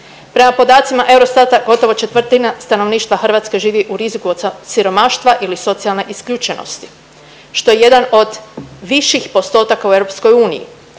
Prema rezultatima Eurostata gotovo četvrtina stanovništva Hrvatske živi u riziku od siromaštva ili socijalne isključenosti, što je jedan od viših postotaka u EU, a